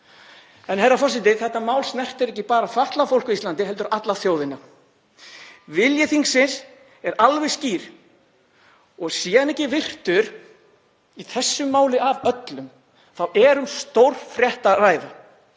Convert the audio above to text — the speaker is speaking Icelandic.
En, herra forseti, þetta mál snertir ekki bara fatlað fólk á Íslandi heldur alla þjóðina. Vilji þingsins er alveg skýr og sé hann ekki virtur í þessu máli af öllum er um stórfrétt að ræða.